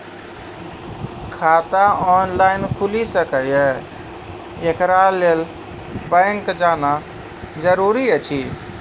खाता ऑनलाइन खूलि सकै यै? एकरा लेल बैंक जेनाय जरूरी एछि?